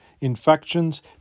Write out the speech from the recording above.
infections